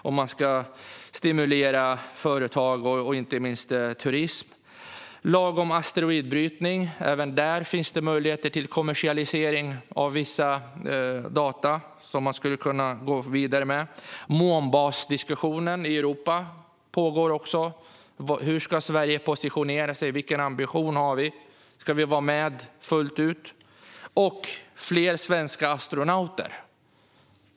Det handlar om ett stimulera företag och inte minst turism. Vi föreslår också en lag om asteroidbrytning. Även där finns det möjlighet till kommersialisering av vissa data, vilket man skulle kunna gå vidare med. Månbasdiskussionen i Europa pågår också. Hur ska Sverige positionera sig där, och vilken ambition har vi - ska vi vara med fullt ut? Vi vill också se fler svenska astronauter.